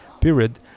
period